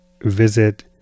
visit